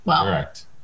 correct